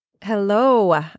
Hello